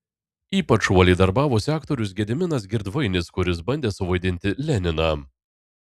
ypač uoliai darbavosi aktorius gediminas girdvainis kuris bandė suvaidinti leniną